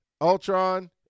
Ultron